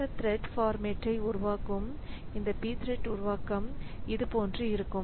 இந்த த்ரெட் ஃபார்மேட்டை உருவாக்கும் இந்த pthread உருவாக்கம் இது போன்றது